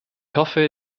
hoffe